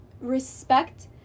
respect